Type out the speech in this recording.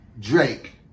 Drake